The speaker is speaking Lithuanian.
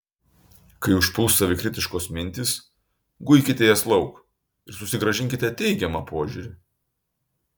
kai užpuls savikritiškos mintys guikite jas lauk ir susigrąžinkite teigiamą požiūrį